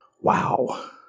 Wow